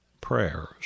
prayers